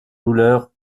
douleur